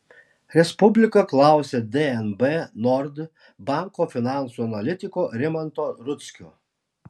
respublika klausė dnb nord banko finansų analitiko rimanto rudzkio